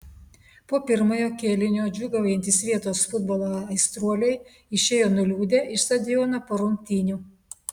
po pirmojo kėlinio džiūgaujantys vietos futbolo aistruoliai išėjo nuliūdę iš stadiono po rungtynių